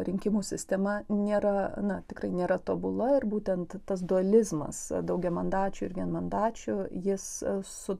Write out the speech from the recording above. rinkimų sistema nėra na tikrai nėra tobula ir būtent tas dualizmas daugiamandačių ir vienmandačių jis su